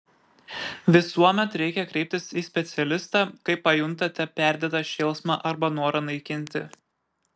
visuomet reikia kreiptis į specialistą kai pajuntate perdėtą šėlsmą arba norą naikinti